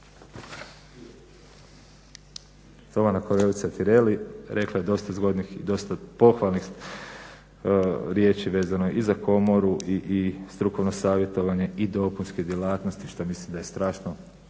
Štovana kolegica Tireli rekla je dosta zgodnih i dosta pohvalnih riječi vezano i za komoru i strukovno savjetovanje i dopunske djelatnosti što mislim da je strašno